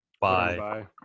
Bye